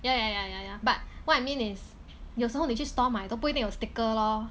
ya ya ya ya ya but what I mean is 有时候你去 store 买都不一定有 sticker lor